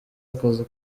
akazi